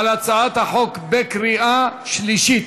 על הצעת החוק בקריאה שלישית.